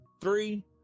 Three